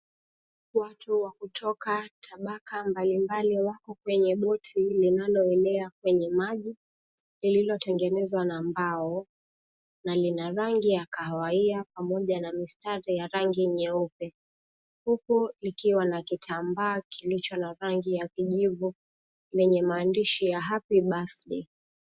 Watu wakutoka tabaka mbalimbali wako kwenye boti linaloelea kwenye maji, lililotengenezwa na mbao, na lina rangi ya kahawia pamoja na mistari ya rangi nyeupe, huku likiwa na kitambaa kilicho na rangi ya kijivu yenye maandishi ya, 'Happy Birthday'.